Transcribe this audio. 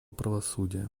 правосудия